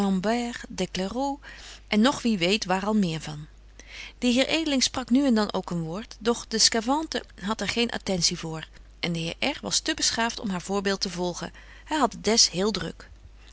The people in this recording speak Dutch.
des clairauts en nog wie weet waar al meer van de heer edeling sprak nu en dan ook een woord doch de sçavante hadt er geen attentie voor en de heer r was te beschaaft om haar voorbeeld te volgen hy hadt het des heel druk